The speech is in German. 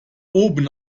oben